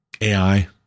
AI